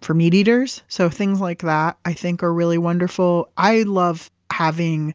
for meat eaters. so things like that i think are really wonderful. i love having